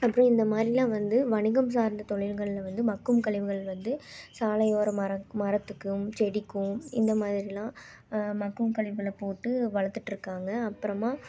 அப்புறம் இந்த மாதிரிலாம் வந்து வணிகம் சார்ந்த தொழில்களில் வந்து மக்கும் கழிவுகள் வந்து சாலையோரம் மரம் மரத்துக்கும் செடிக்கும் இந்த மாதிரி எல்லாம் மக்கும் கழிவுகளை போட்டு வளர்த்துட்ருக்காங்க அப்புறமாக